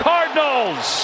Cardinals